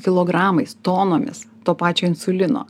kilogramais tonomis to pačio insulino